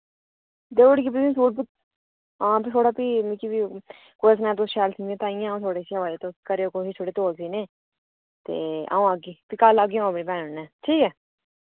दे उड़गी तुसें गी सूट आं ते फ्ही मिकी कुसै सनाया तुस शैल सींदियां तांइयैं अ'ऊं थोआढ़े सोआई तुस करेओ थोह्ड़ी तौल सीने ते अ'ऊं आगी फ्ही कल्ल आगी अपनी भैनु नै ठीक ऐ